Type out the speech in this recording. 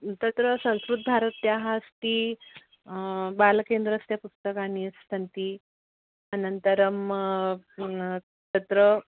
तत्र संस्कृतभारत्याः अस्ति बालकेन्द्रस्य पुस्तकानि सन्ति अनन्तरं तत्र